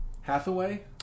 Hathaway